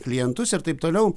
klientus ir taip toliau